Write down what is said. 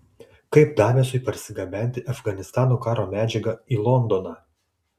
kaip daviesui parsigabenti afganistano karo medžiagą į londoną